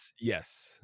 Yes